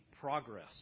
progress